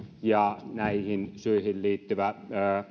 ja näihin syihin liittyvä